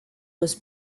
was